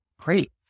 great